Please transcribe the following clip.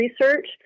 research